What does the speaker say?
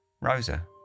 Rosa